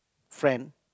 friend